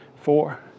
four